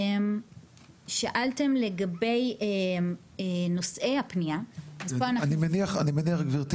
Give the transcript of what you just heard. שאלתם לגבי נושאי הפנייה --- אני מניח גברתי